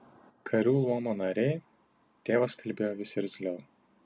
karių luomo nariai tėvas kalbėjo vis irzliau